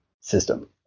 system